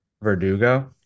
Verdugo